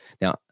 now